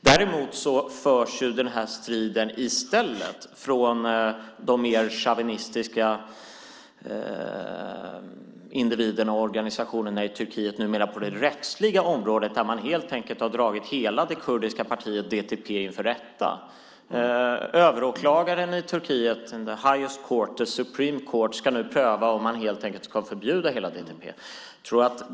Däremot förs den här striden i stället från de mer chauvinistiska individerna och organisationerna i Turkiet numera på det rättsliga området, där man helt enkelt har dragit hela det kurdiska partiet DTP inför rätta. Överåklagaren i Turkiet, The Supreme Court , ska nu pröva om man helt enkelt ska förbjuda hela DTP.